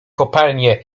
kopalnie